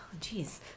jeez